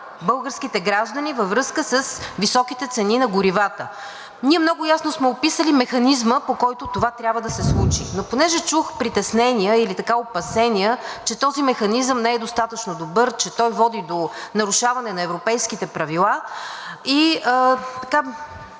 българските граждани във връзка с високите цени на горивата. Ние много ясно сме описали механизма, по който това трябва да се случи, но понеже чух притеснения или така опасения, че този механизъм не е достатъчно добър, че той води до нарушаване на европейските правила, ще